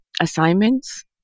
assignments